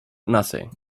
nothing